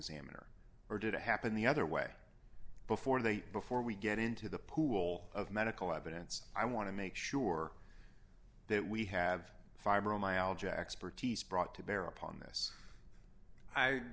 examiner or did it happen the other way before they before we get into the pool of medical evidence i want to make sure that we have fibromyalgia expertise brought to bear upon this i